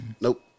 Nope